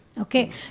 okay